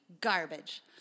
Garbage